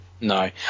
No